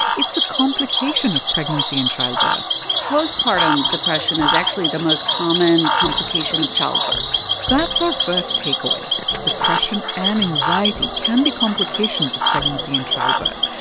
it's a complication of pregnancy and childbirth postpartum depression is actually the most common complication of childbirth that's our first takeaway depression and anxiety can be complications of pregnancy and childbirth,